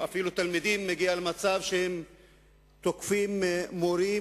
ואפילו מגיעים למצב שתלמידים תוקפים מורים,